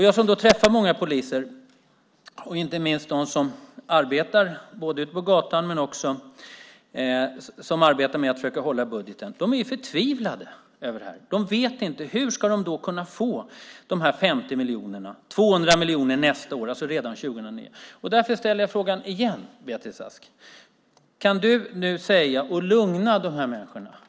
Jag träffar många poliser, både sådana som arbetar på gatorna och sådana som arbetar med att försöka hålla budgeten. De är förtvivlade över situationen. De vet inte hur de ska kunna få fram dessa 50 miljoner. Nästa år, alltså redan 2009, handlar det om 200 miljoner. Därför frågar jag igen, Beatrice Ask: Kan du lugna dessa människor?